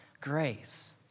grace